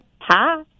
Hi